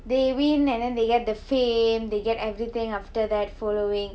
they win and then they get the fame they get everything after that following